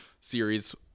series